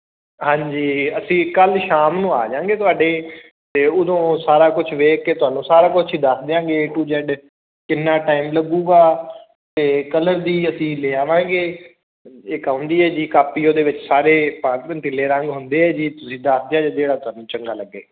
ਹਾਂਜੀ ਅਸੀਂ ਕੱਲ੍ਹ ਸ਼ਾਮ ਨੂੰ ਆ ਜਾਂਗੇ ਤੁਹਾਡੇ ਅਤੇ ਉਦੋਂ ਸਾਰਾ ਕੁਝ ਵੇਖ ਕੇ ਤੁਹਾਨੂੰ ਸਾਰਾ ਕੁਛ ਹੀ ਦੱਸ ਦਿਆਂਗੇ ਏ ਟੂ ਜ਼ੈਡ ਕਿੰਨਾ ਟਾਈਮ ਲੱਗੇਗਾ ਅਤੇ ਕਲਰ ਦੀ ਅਸੀਂ ਲਿਆਵਾਂਗੇ ਇੱਕ ਆਉਂਦੀ ਹੈ ਜੀ ਕਾਪੀ ਉਹਦੇ ਵਿੱਚ ਸਾਰੇ ਰੰਗ ਹੁੰਦੇ ਆ ਜੀ ਤੁਸੀਂ ਦੱਸ ਦਿਆ ਜੇ ਜਿਹੜਾ ਤੁਹਾਨੂੰ ਚੰਗਾ ਲੱਗੇ